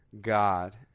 God